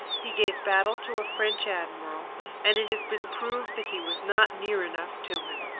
he gave battle to a french admiral and it has been proved that he was not near enough to him.